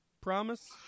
promise